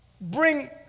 bring